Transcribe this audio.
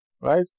right